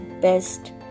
best